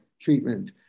treatment